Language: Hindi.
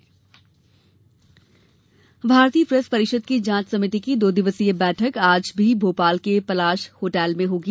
जॉच बैठक भारतीय प्रेस परिषद की जाँच समिति की दो दिवसीय बैठक आज भी भोपाल के पलाश होटल में होगी